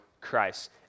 Christ